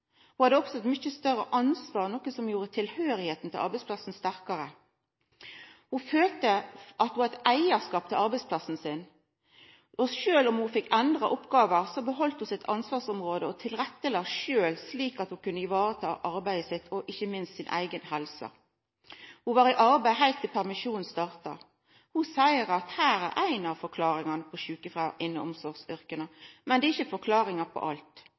og hennar eigen person var viktig for arbeidsplassen. Ho hadde også eit mykje større ansvar – noko som gjorde tilhøyringa til arbeidsplassen sterkare. Ho følte ein eigarskap til arbeidsplassen sin. Og sjølv om ho fekk endra oppgåver, beheldt ho sitt ansvarsområde og la sjølv til rette, slik at ho kunne vareta arbeidet sitt og ikkje minst si eiga helse. Ho var i arbeid heilt til permisjonen starta. Ho seier at her er éi av forklaringane på sjukefråværet innan omsorgsyrka, men det er ikkje forklaringa på alt.